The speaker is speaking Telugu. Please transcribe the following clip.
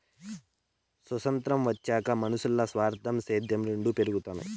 సొతంత్రం వచ్చినాక మనునుల్ల స్వార్థం, సేద్యం రెండు పెరగతన్నాయి